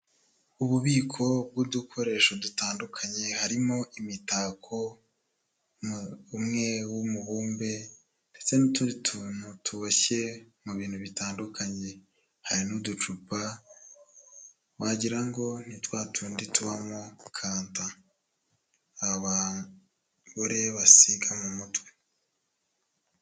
Ububiko bw'udukoresho dutandukanye, harimo imitako, umwe w'umubumbe ndetse n'utundi tuntu tuboshye mu bintu bitandukanye, hari n'uducupa wagira ngo ni twa tundi tubamo kanta abagore basiga mu mutwe.